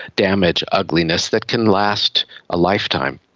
damage, ugliness that can last a lifetime.